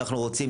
אנחנו רוצים,